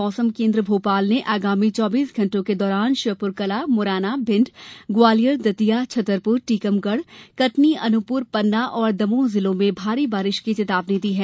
मौसम केन्द्र भोपाल ने अगामी चौबीस घंटों के दौरान श्योपुरकलां मुरैना भिंड ग्वालियर दतिया छतरपुर टीकमगढ़ कटनी अनूपपुर पन्ना और दमोह जिलों में भारी बारिश की चेतावनी दी है